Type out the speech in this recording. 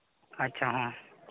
ᱟᱪᱪᱷᱟ ᱦᱮᱸ